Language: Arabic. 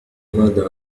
ماذا